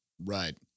Right